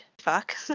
fuck